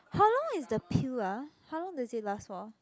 how long is the pill ah how long does it last for